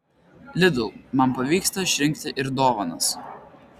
lidl man pavyksta išrinkti ir dovanas